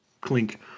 clink